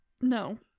No